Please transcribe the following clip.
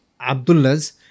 Abdullahs